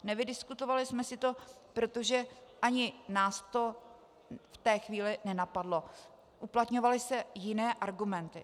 Nevydiskutovali jsme si to, protože ani nás to v té chvíli nenapadlo, uplatňovaly se jiné argumenty.